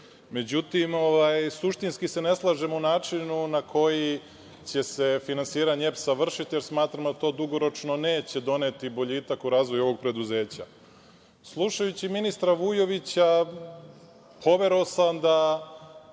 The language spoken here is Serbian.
Međutim, suštinski se ne slažemo u načinu na koji će se finansiranje EPS-a vršiti, jer smatramo da to dugoročno neće doneti boljitak u razvoju ovog preduzeća. Slušajući ministra Vujovića, poverovao sam da